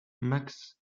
max